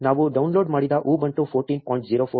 ನಾವು ಡೌನ್ಲೋಡ್ ಮಾಡಿದ ಉಬುಂಟು 14